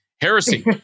heresy